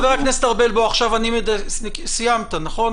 חבר הכנסת ארבל, סיימת, נכון?